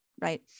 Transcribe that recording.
right